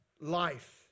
life